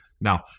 Now